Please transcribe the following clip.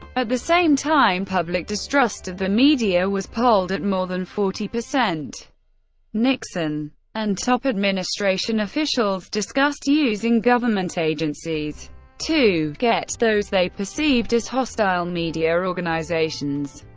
at the same time, public distrust of the media was polled at more than forty. nixon and top administration officials discussed using government agencies to get those they perceived as hostile media organizations.